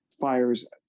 fires